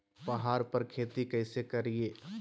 पहाड़ पर खेती कैसे करीये?